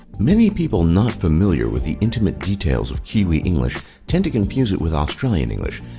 many people not familiar with the intimate details of kiwi english tend to confuse it with australian english,